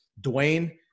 Dwayne